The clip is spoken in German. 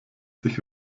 sich